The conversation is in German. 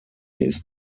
ist